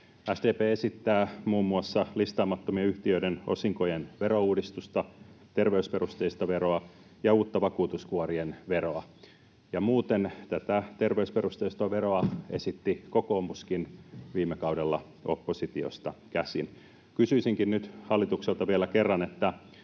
SDP esittää muun muassa listaamattomien yhtiöiden osinkojen verouudistusta, terveysperusteista veroa ja uutta vakuutuskuorien veroa — ja muuten, tätä terveysperusteista veroa esitti kokoomuskin viime kaudella oppositiosta käsin. Kysyisinkin nyt hallitukselta vielä kerran: